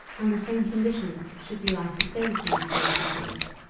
on the same conditions should you like to stay with me for a few days?